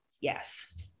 Yes